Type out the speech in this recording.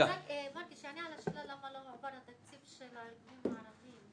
רק שיענה על השאלה מדוע לא מועבר התקציב של הילדים הערבים.